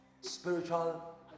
Spiritual